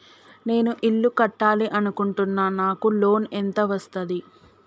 నేను ఇల్లు కట్టాలి అనుకుంటున్నా? నాకు లోన్ ఎంత వస్తది?